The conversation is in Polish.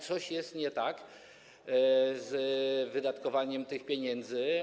Coś jest nie tak z wydatkowaniem tych pieniędzy.